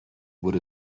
would